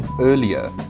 earlier